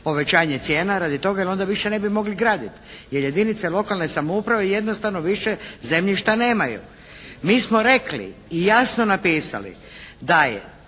povećanje cijena radi toga jer onda više ne bi mogli graditi. Jer jedinice lokalne samouprave jednostavno više zemljišta nemaju. Mi smo rekli i jasno napisali da je,